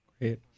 Great